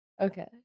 Okay